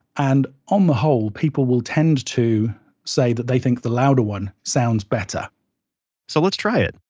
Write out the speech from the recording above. and on the whole, people will tend to say that they think the louder one sounds better so let's try it.